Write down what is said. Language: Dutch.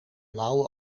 blauwe